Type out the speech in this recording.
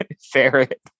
Ferret